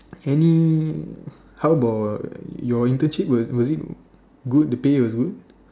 any how about your internship was it was it good the pay was good